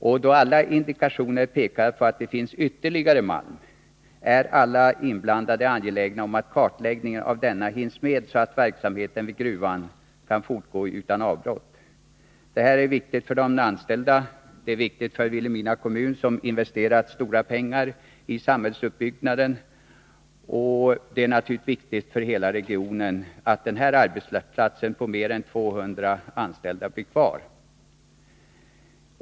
Då det finns många indikationer på att det finns ytterligare malm är alla inblandade angelägna om att kartläggningen av denna hinns med, så att verksamheten vid gruvan kan fortgå utan avbrott. Detta är viktigt för de anställda, och det är viktigt för Vilhelmina kommun, som investerat stora pengar i samhällsuppbyggnaden. Det är naturligtvis viktigt också för hela regionen att denna arbetsplats med mer än 200 anställda blir kvar.